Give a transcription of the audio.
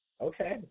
Okay